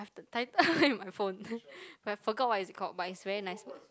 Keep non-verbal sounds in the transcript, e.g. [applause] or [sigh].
title eh my phone [laughs] but I forgot what is it called but it's very nice